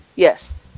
Yes